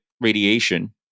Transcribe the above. radiation